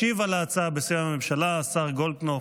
ישיב על ההצעה, בשם הממשלה, השר גולדקנופ.